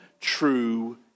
true